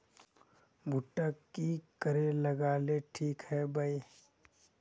भुट्टा की करे लगा ले ठिक है बय?